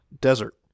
desert